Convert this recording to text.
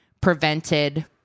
prevented